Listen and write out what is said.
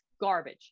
garbage